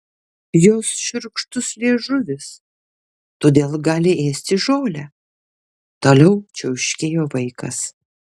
jos šiurkštus liežuvis todėl gali ėsti žolę toliau čiauškėjo vaikas